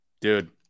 dude